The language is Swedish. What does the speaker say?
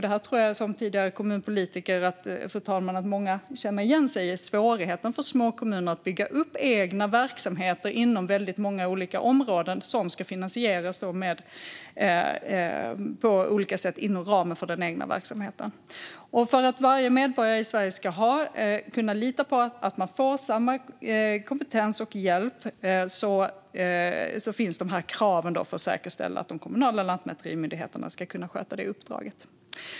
Eftersom jag är tidigare kommunpolitiker tror jag att många känner igen sig i svårigheten för små kommuner att bygga upp egna verksamheter inom många olika områden som ska finansieras på olika sätt inom ramen för den egna verksamheten. För att varje medborgare i Sverige ska kunna lita på att de får tillgång till samma kompetens och hjälp finns kraven för att säkerställa att de kommunala lantmäterimyndigheterna kan sköta uppdraget.